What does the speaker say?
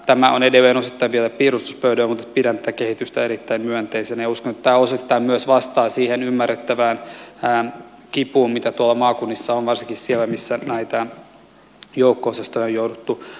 tämä on edelleen osittain vielä piirustuspöydällä mutta pidän tätä kehitystä erittäin myönteisenä ja uskon että tämä osittain myös vastaa siihen ymmärrettävään kipuun mitä maakunnissa on varsinkin siellä missä joukko osastoja on jouduttu lakkauttamaan